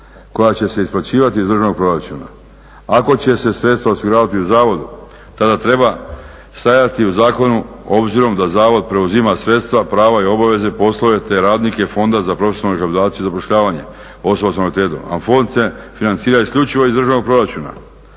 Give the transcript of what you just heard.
koja će se isplaćivati iz državnog proračuna. Ako će se sredstva osiguravati u zavodu tada treba stajati u zakonu obzirom da zavod preuzima sredstva, prava i obaveze poslove te radnike Fonda za profesionalnu rehabilitaciju i zapošljavanje osoba s invaliditetom. A fond se financira isključivo iz državnog proračuna.